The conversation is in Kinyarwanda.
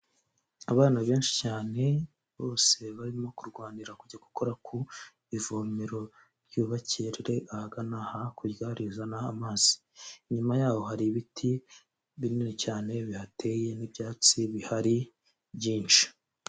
Abana benshi cyane, bose barimo kurwanira kujya gukora ku ivomero ryubakiye riri ahagana hakurya rizana amazi, inyuma yaho hari ibiti binini cyane bihateye n'ibyatsi bihari byinshi.